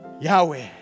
Yahweh